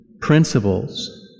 principles